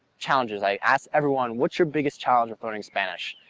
challenges. i asked everyone what's you biggest challenge with learning spanish?